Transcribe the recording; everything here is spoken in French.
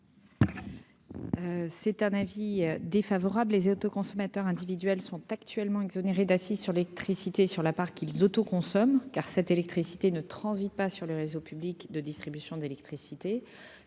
C'est un avis défavorable, les auto-consommateurs individuels sont actuellement exonérés d'assises sur l'électricité sur la part qu'ils auto-consomme car cette électricité ne transite pas sur le réseau public de distribution d'électricité,